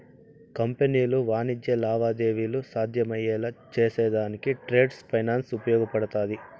కంపెనీలు వాణిజ్య లావాదేవీలు సాధ్యమయ్యేలా చేసేదానికి ట్రేడ్ ఫైనాన్స్ ఉపయోగపడతాది